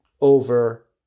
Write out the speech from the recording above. over